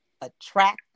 Attract